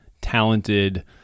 talented